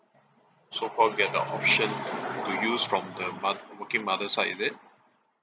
so called get the option to use from the moth~ working mother side is it